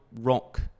rock